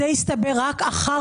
זה הסתבר רק אחר כך.